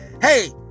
hey